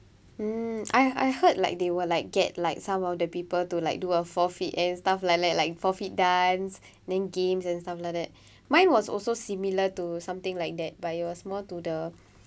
mm I I heard like they were like get like some of the people to like do a forfeit and stuff like that like forfeit dance then games and stuff like that mine was also similar to something like that but it was more to the